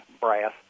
brass